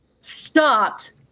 stopped